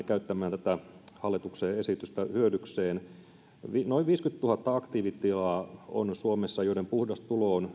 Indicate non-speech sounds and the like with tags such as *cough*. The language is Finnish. *unintelligible* käyttämään tätä hallituksen esitystä hyödykseen suomessa on noin viisikymmentätuhatta aktiivitilaa joiden puhdas tulo on